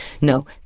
No